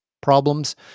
problems